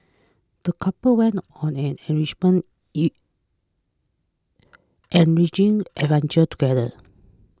the couple went on an enriching adventure together